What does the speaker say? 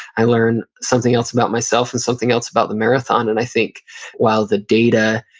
i learn something else about myself and something else about the marathon, and i think while the data,